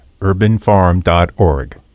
UrbanFarm.org